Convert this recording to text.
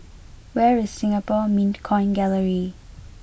where is Singapore Mint Coin Gallery